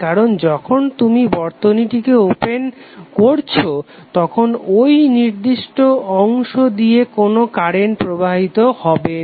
কারণ যখন তুমি বর্তনীটিকে ওপেন করছো তখন ঐ নির্দিষ্ট অংশ দিয়ে কোনো কারেন্ট প্রবাহিত হবে না